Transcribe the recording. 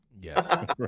Yes